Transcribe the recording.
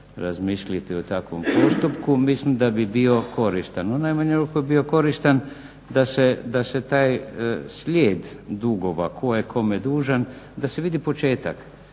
razmisliti o takvom postupku. Mislim da bi bio koristan. U najmanju ruku bi bio koristan da se taj slijed dugova tko je kome dužan da se vidi početak,